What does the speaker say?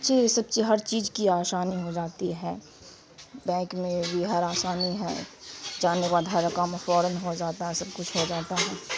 سب ہر چیز کی آسانی ہو جاتی ہے بینک میں بھی ہر آسانی ہے جانے کے بعد ہر کام فوراً ہو جاتا ہے سب کچھ ہو جاتا ہے